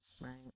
Right